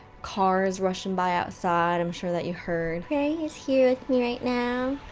cars rushing by outside i'm sure that you heard. prairie is here with me right now!